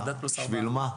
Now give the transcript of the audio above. בשביל מה?